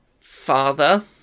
father